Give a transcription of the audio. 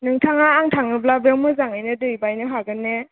नोंथाङा आं थाङोब्ला बेव मोजाङैनो दैबायनो हागोन ने